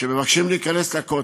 שמבקשים להיכנס לכותל,